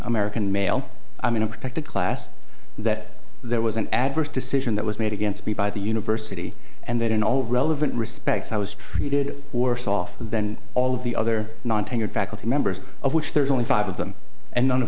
american male i'm in a protected class that there was an adverse decision that was made against me by the university and that in all relevant respects i was treated worse off and then all of the other non tenured faculty members of which there is only five of them and none of